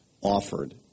offered